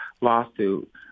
lawsuit